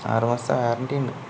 ആറുമാസത്തെ വാറന്റിയുണ്ട്